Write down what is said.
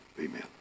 Amen